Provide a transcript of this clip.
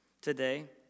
today